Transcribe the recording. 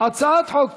הצעת חוק